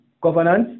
governance